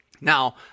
Now